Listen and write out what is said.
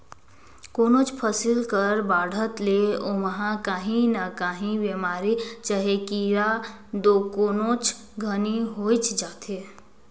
कोनोच फसिल कर बाढ़त ले ओमहा काही न काही बेमारी चहे कीरा दो कोनोच घनी होइच जाथे